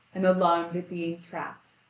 and alarmed at being trapped.